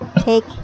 take